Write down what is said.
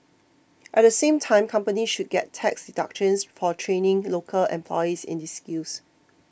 at the same time companies should get tax deductions for training local employees in these skills